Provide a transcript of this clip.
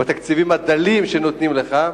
בתקציבים הדלים שנותנים לך,